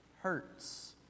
hurts